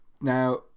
now